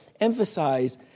emphasize